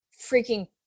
freaking